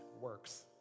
works